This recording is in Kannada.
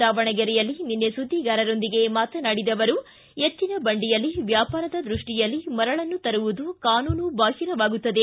ದಾವಣಗೆರೆಯಲ್ಲಿ ನಿನ್ನೆ ಸುದ್ದಿಗಾರರೊಂದಿಗೆ ಮಾತನಾಡಿದ ಅವರು ಎತ್ತಿನ ಬಂಡಿಯಲ್ಲಿ ವ್ಯಾಪಾರದ ದೃಷ್ಟಿಯಲ್ಲಿ ಮರಳನ್ನು ತರುವುದು ಕಾನೂನು ಬಾಹಿರವಾಗುತ್ತದೆ